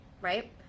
right